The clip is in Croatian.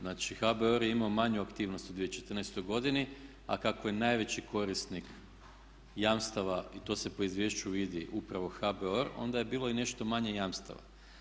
Znači, HBOR je imao manju aktivnost u 2014. godini, a kako je najveći korisnik jamstava i to se po izvješću vidi upravo HBOR, onda je bilo i nešto manje jamstava.